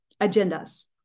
agendas